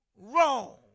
wrong